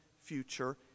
future